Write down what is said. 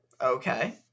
Okay